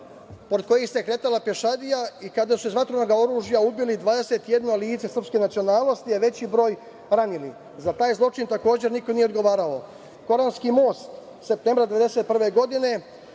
pored kojih se kretala pešadija, i kada su iz vatrenog oružja ubili 21 lice srpske nacionalnosti, a veći broj ranili. Za taj zločin takođe niko nije odgovarao. Koralski most, septembar 1991. godine,